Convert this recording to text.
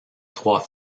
trois